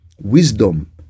wisdom